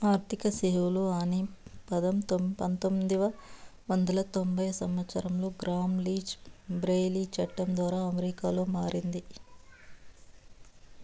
ఆర్థిక సేవలు అనే పదం పంతొమ్మిది వందల తొంభై సంవచ్చరంలో గ్రామ్ లీచ్ బ్లెయిలీ చట్టం ద్వారా అమెరికాలో మారింది